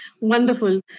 Wonderful